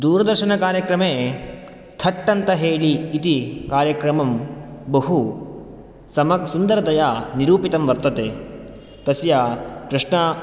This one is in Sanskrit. दूरदर्शनकार्यक्रमे थट् अन्त हेळि इति कार्यक्रमं बहु समक् सुन्दरतया निरूपितं वर्तते तस्य प्रश्न